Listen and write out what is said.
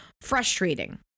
frustrating